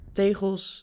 tegels